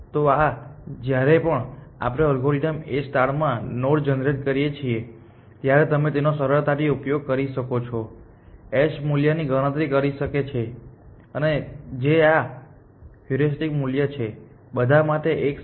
તો આ જ્યારે પણ આપણે અલ્ગોરિધમ A માં નોડ જનરેટ કરીએ છીએ ત્યારે તમે તેનો સરળતાથી ઉપયોગ કરી શકો છો h મૂલ્યની ગણતરી કરી શકે છે જે આ હ્યુરિસ્ટિક મૂલ્ય છે બધા માટે એક સાથે